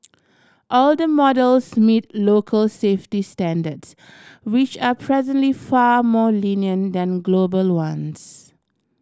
all the models meet local safety standards which are presently far more lenient than global ones